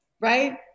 right